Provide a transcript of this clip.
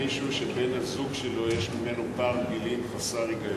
למישהו שבין בן-הזוג שלו ובינו יש פער גילים חסר היגיון?